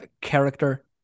character